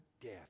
death